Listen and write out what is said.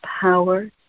power